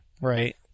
Right